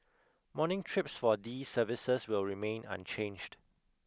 morning trips for these services will remain unchanged